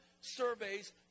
surveys